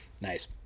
Nice